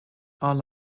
all